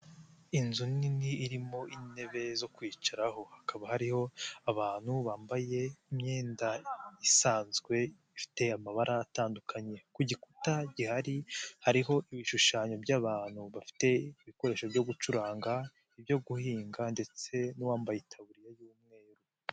Inzu nini irimo intebe zo kwicaraho hakaba hariho abantu bambaye imyenda isanzwe ifite amabara atandukanye, ku gikuta gihari hariho ibishushanyo by'abantu bafite ibikoresho byo gucuranga, ibyo guhinga ndetse n'uwambaye itaburiya y'umweru.